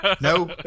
No